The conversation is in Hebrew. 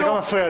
כלום.